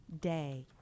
day